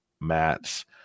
mats